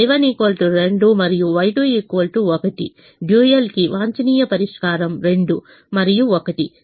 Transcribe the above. కాబట్టిY1 2 మరియు Y2 1 dual కి వాంఛనీయ పరిష్కారం 2 మరియు 1